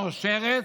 אותו שרץ,